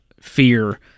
fear